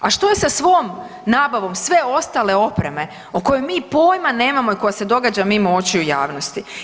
A što je svom nabavom sve ostale opreme o kojoj mi pojma nemamo i koja se događa mimo očiju javnosti?